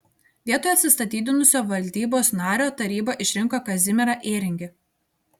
vietoj atsistatydinusio valdybos nario taryba išrinko kazimierą ėringį